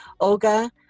Olga